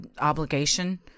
obligation